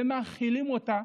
ומכילים אותם,